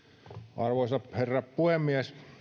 arvoisa herra puhemies